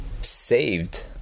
saved